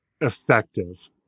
effective